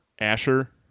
Asher